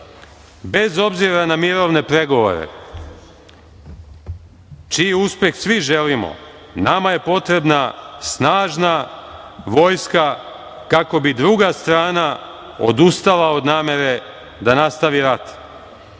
Bez obzira na mirovne pregovore, čiji uspeh svi želimo, nama je potrebna snažna vojska kako bi druga strana odustala od namere da nastavi rat.